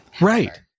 Right